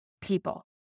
people